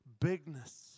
bigness